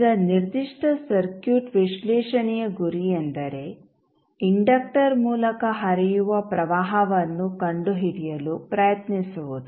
ಈಗ ನಿರ್ದಿಷ್ಟ ಸರ್ಕ್ಯೂಟ್ ವಿಶ್ಲೇಷಣೆಯ ಗುರಿಯೆಂದರೆ ಇಂಡಕ್ಟರ್ ಮೂಲಕ ಹರಿಯುವ ಪ್ರವಾಹವನ್ನು ಕಂಡುಹಿಡಿಯಲು ಪ್ರಯತ್ನಿಸುವುದು